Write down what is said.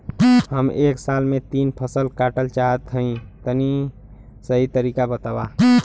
हम एक साल में तीन फसल काटल चाहत हइं तनि सही तरीका बतावा?